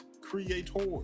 creator